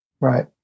right